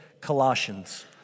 Colossians